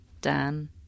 Dan